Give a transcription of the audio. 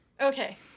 okay